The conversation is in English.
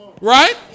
right